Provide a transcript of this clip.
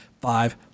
five